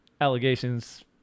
Allegations